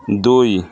ଦୁଇ